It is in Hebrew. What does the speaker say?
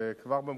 וכבר,